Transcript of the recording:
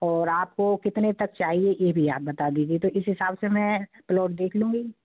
और आप को कितने तक चाहिए ये भी आप बता दीजिए तो इस हिसाब से मैं प्लोट देख लूँगी